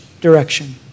direction